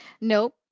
No